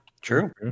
True